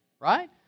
right